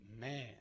man